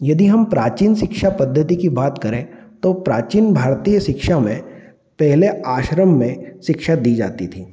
यदि हम प्राचीन शिक्षा पद्धति की बात करें तो प्राचीन भारतीय शिक्षा में पहले आश्रम में शिक्षा दी जाती थी